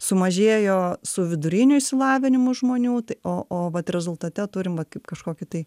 sumažėjo su viduriniu išsilavinimu žmonių tai o o vat rezultate turim va kaip kažkokį tai